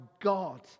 God